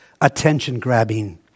attention-grabbing